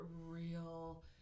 real